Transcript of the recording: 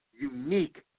unique